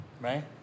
Right